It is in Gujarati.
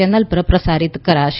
ચેનલ પર પ્રસારિત કરાશે